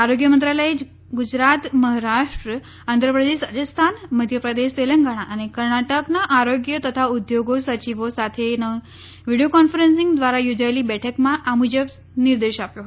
આરોગ્ય મંત્રાલયે ગુજરાત મહારાષ્ટ્ર આંધ્રપ્રદેશ રાજસ્થાન મધ્યપ્રદેશ તેલંગણા અને કર્ણાટકના આરોગ્ય તથા ઉદ્યોગ સચિવો સાથેની વીડિયો કોન્ફરન્સિંગ દ્વારા યોજાયેલી બેઠકમાં આ મુજબ નિર્દેશ આપ્યો હતો